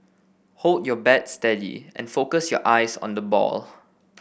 hold your bat steady and focus your eyes on the ball